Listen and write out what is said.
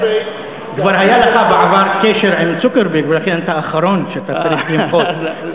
כבר היה לך בעבר קשר עם צוקרברג ולכן אתה האחרון שצריך למחות.